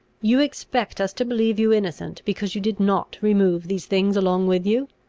you expect us to believe you innocent, because you did not remove these things along with you.